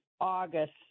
August